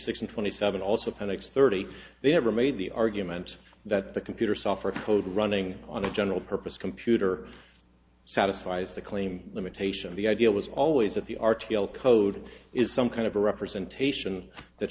six and twenty seven also panix thirty they never made the argument that the computer software code running on a general purpose computer satisfies the claim limitation of the idea was always that the r t l code is some kind of a represent